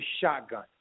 shotgun